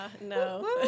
No